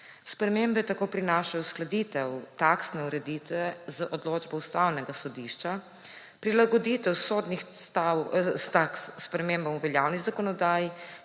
Spremembe tako prinašajo uskladitev taksne ureditve z odločbo Ustavnega sodišča; prilagoditev sodnih taks spremembam v veljavni zakonodaji,